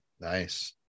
Nice